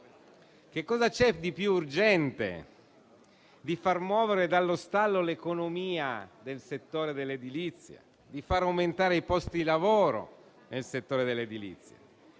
che cosa vi sia di più urgente di far muovere dallo stallo l'economia del settore dell'edilizia, di far aumentare i posti di lavoro in tale settore. Il decreto,